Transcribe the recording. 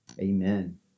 Amen